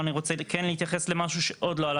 פה אני רוצה להתייחס למשהו שעוד לא עלה.